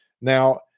Now